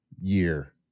year